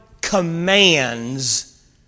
commands